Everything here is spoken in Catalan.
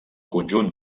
conjunt